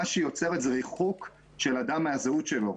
מה שהיא יוצרת זה ריחוק של האדם מהזהות שלו.